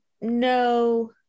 no